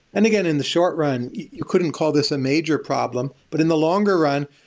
and again, in the short run, you couldn't call this a major problem. but in the longer run,